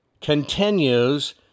continues